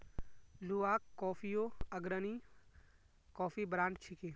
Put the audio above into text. Luwak कॉफियो अग्रणी coffee brand छिके